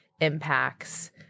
impacts